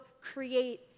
create